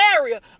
area